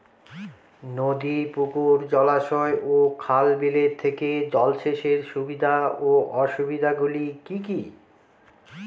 নদী পুকুর জলাশয় ও খাল বিলের থেকে জল সেচের সুবিধা ও অসুবিধা গুলি কি কি?